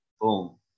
boom